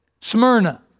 Smyrna